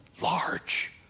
large